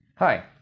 Hi